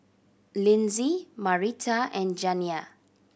Linzy Marita and Janiah